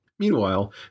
Meanwhile